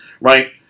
right